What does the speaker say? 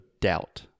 doubt